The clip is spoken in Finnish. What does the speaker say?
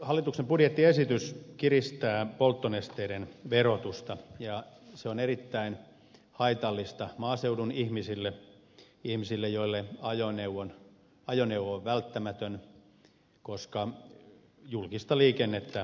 hallituksen budjettiesitys kiristää polttonesteiden verotusta ja se on erittäin haitallista maaseudun ihmisille ihmisille joille ajoneuvo on välttämätön koska julkista liikennettä ei ole